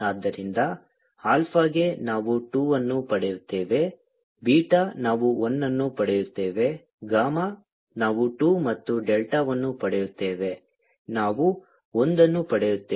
ಆದ್ದರಿಂದ ಆಲ್ಫಾಗೆ ನಾವು 2 ಅನ್ನು ಪಡೆಯುತ್ತೇವೆ ಬೀಟಾ ನಾವು 1 ಅನ್ನು ಪಡೆಯುತ್ತೇವೆ ಗಾಮಾ ನಾವು 2 ಮತ್ತು ಡೆಲ್ಟಾವನ್ನು ಪಡೆಯುತ್ತೇವೆ ನಾವು ಒಂದನ್ನು ಪಡೆಯುತ್ತೇವೆ